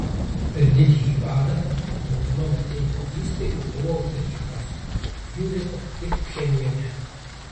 per didįjį badą dauguma maitinimo įstaigų buvo uždarytos jų liko tik pchenjane